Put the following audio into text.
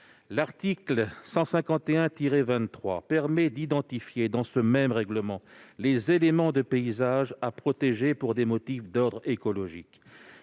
L'article L. 151-23 permet d'identifier, dans ce même règlement, les éléments de paysage à protéger pour des motifs d'ordre écologique.